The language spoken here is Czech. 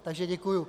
Takže děkuji.